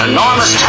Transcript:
Enormous